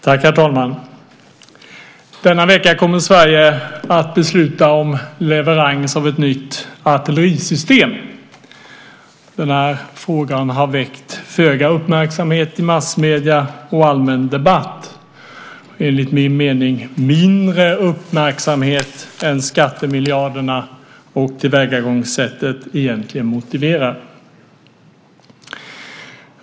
Herr talman! Denna vecka kommer Sverige att besluta om leverans av ett nytt artillerisystem. Denna fråga har väckt föga uppmärksamhet i massmedierna och i allmän debatt - enligt min mening mindre uppmärksamhet än skattemiljarderna och tillvägagångssättet egentligen motiverar.